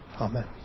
Amen